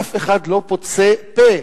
ואף אחד לא פוצה פה,